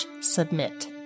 submit